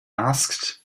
asked